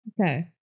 Okay